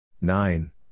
Nine